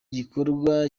gikorwa